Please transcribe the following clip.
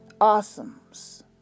awesomes